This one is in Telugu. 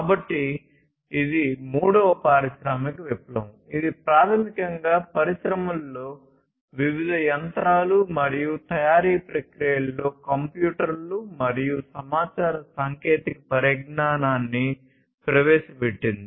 కాబట్టి ఇది మూడవ పారిశ్రామిక విప్లవం ఇది ప్రాథమికంగా పరిశ్రమలోని వివిధ యంత్రాలు మరియు తయారీ ప్రక్రియలలో కంప్యూటర్లు మరియు సమాచార సాంకేతిక పరిజ్ఞానాన్ని ప్రవేశపెట్టింది